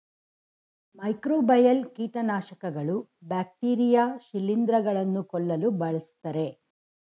microbial ಕೀಟನಾಶಕಗಳು bacteria ಶಿಲಿಂದ್ರ ಗಳನ್ನು ಕೊಲ್ಲಲು ಬಳ್ಸತ್ತರೆ